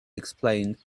explained